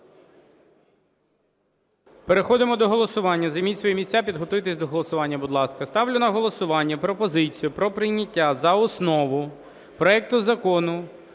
Переходимо до голосування. Займіть свої місця і підготуйтесь до голосування, будь ласка, Ставлю на голосування пропозицію про прийняття за основу проекту Закону